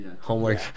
homework